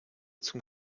zum